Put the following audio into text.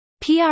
PR